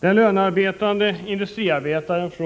verkstadsarbetaren på